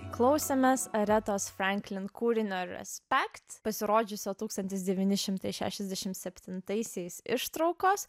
klausėmės aretos franklin kūrinio respect pasirodžiusio tūkstantis devyni šimtai šešiasdešim septintaisiais ištraukos